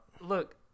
Look